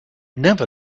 never